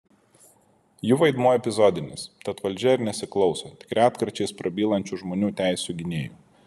jų vaidmuo epizodinis tad valdžia ir nesiklauso tik retkarčiais prabylančių žmonių teisių gynėjų